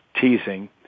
teasing